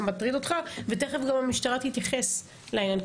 מטריד אותך ותיכף גם המשטרה תתייחס לעניין.